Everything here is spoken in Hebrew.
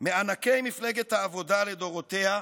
מענקי מפלגת העבודה לדורותיה,